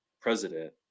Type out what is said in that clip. president